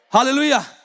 Hallelujah